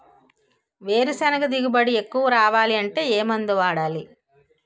వేరుసెనగ దిగుబడి ఎక్కువ రావాలి అంటే ఏ మందు వాడాలి?